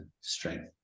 strength